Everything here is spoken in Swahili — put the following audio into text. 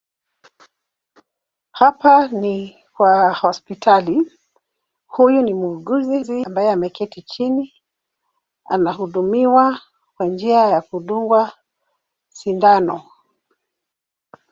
Hapa ni kwa hospitali, huyu ni muuguzi ambaye ameketi chini, anahudumiwa kwa njia ya kudungwa sindano.